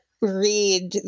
read